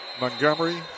Montgomery